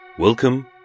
Welcome